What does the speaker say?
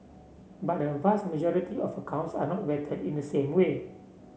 but a vast majority of accounts are not vetted in the same way